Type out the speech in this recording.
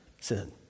sin